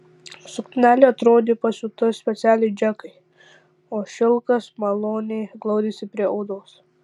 suknelė atrodė pasiūta specialiai džekai o šilkas maloniai glaudėsi prie odos